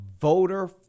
voter